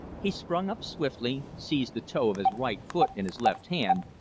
he sprang up swiftly, seized the toe of his right foot in his left hand,